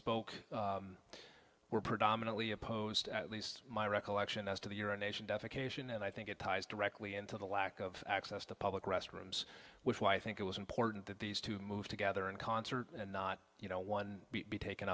spoke were predominantly opposed at least my recollection as to the urination death occasion and i think it ties directly into the lack of access to public restrooms which why i think it was important that these two move together in concert and not you know one be taken